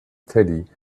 teddy